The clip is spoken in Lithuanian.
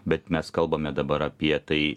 bet mes kalbame dabar apie tai